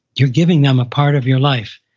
you're giving them a part of your life.